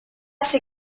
ser